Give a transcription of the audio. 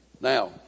Now